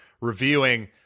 reviewing